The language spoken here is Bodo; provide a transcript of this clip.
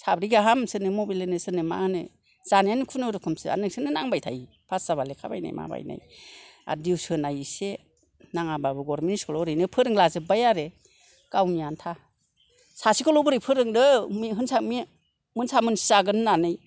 साब्रै गाहाम सोरनो मबाइल होनो सोरनो मा होनो जानायानो खुनुरुखुमसो आर नोंसोरनो नांबाय थायो फास जाबा लेखा बायनाय मा बायनाय आर दिउस होनाय एसे नाङाबाबो गरमेन्ट इस्कुलाव ओरैनो फोरोंला जोबबाय आरो गावनि आनथा सासेखौल' बोरै फोरोंनो मोनसा मोनसि जागोन होननानै